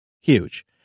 huge